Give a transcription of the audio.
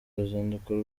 uruzinduko